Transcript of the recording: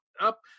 up